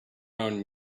own